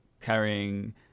carrying